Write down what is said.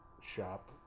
shop